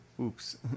oops